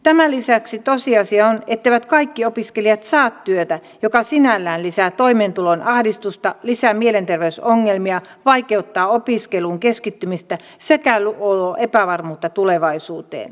tämän lisäksi tosiasia on etteivät kaikki opiskelijat saa työtä mikä sinällään lisää toimeentulon ahdistusta lisää mielenterveysongelmia vaikeuttaa opiskeluun keskittymistä sekä luo epävarmuutta tulevaisuuteen